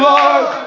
Lord